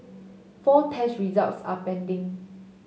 four test results are pending